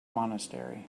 monastery